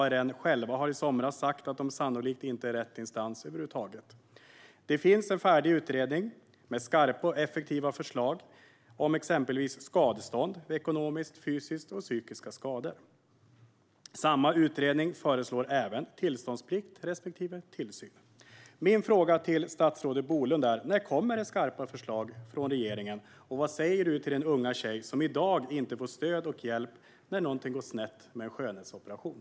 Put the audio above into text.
ARN sa i somras att man sannolikt inte är rätt instans över huvud taget. Det finns en färdig utredning med skarpa och effektiva förslag om exempelvis skadestånd vid ekonomiska, fysiska och psykiska skador. Samma utredning föreslår även tillståndsplikt respektive tillsyn. Min fråga till statsrådet Bolund är: När kommer det skarpa förslag från regeringen, och vad säger du till den unga tjej som i dag inte får stöd och hjälp när någonting går snett vid en skönhetsoperation?